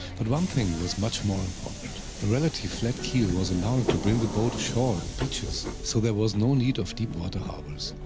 but one thing was much more important. the relative flat keel was allowing to bring the boat ashore on beaches, so there was no need of deep-water harbors.